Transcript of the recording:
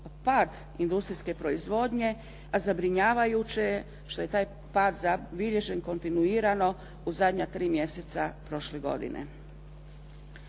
pad industrijske proizvodnje a zabrinjavajuće je što je taj pad zabilježen kontinuirano u zadnja tri mjeseca prošle godine.